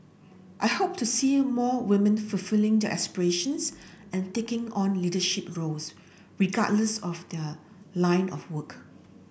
I hope to see more women fulfilling their aspirations and taking on leadership roles regardless of their line of work